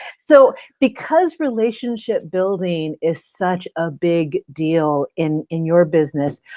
so because relationship building is such a big deal in in your business,